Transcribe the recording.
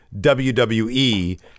WWE